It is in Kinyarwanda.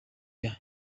year